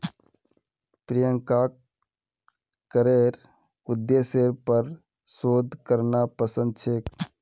प्रियंकाक करेर उद्देश्येर पर शोध करना पसंद छेक